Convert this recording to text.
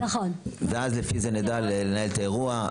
ולפי זה נדע לנהל את האירוע.